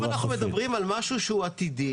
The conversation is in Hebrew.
אם אנחנו מדברים על משהו עתידי